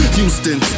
Houston